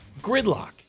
gridlock